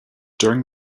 during